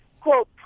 quote